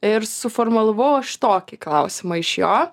ir suformulavau aš tokį klausimą iš jo